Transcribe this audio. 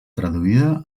traduïda